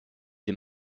dem